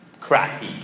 crappy